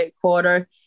quarter